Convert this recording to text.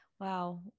Wow